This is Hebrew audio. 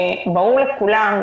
ברור לכולם,